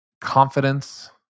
confidence